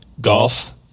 golf